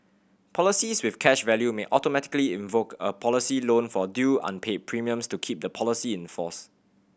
policies with cash value may automatically invoke a policy loan for due unpaid premiums to keep the policy in force